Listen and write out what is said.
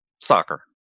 Soccer